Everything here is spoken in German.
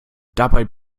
damit